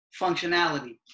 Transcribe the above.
Functionality